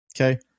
Okay